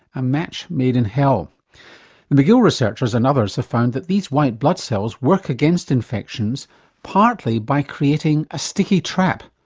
a match made in hell. the mcgill researchers and others have found that these white blood cells work against infections partly by creating a sticky trap,